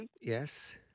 Yes